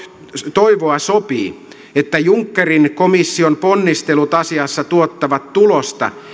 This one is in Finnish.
toivoa sopii että junckerin komission ponnistelut asiassa tuottavat tulosta